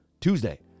Tuesday